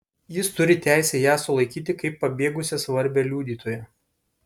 jis turi teisę ją sulaikyti kaip pabėgusią svarbią liudytoją